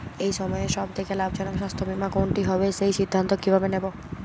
এই সময়ের সব থেকে লাভজনক স্বাস্থ্য বীমা কোনটি হবে সেই সিদ্ধান্ত কীভাবে নেব?